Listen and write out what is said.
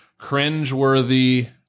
cringeworthy